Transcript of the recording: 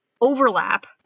overlap